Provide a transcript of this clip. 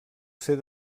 ser